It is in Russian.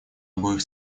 обоих